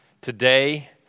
today